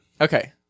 okay